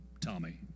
Tommy